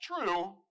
true